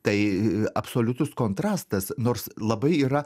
tai absoliutus kontrastas nors labai yra